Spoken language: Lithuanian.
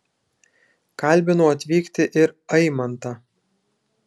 kalbinau atvykti ir aimantą